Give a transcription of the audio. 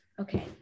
okay